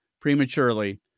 prematurely